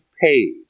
paid